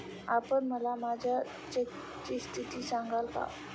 आपण मला माझ्या चेकची स्थिती सांगाल का?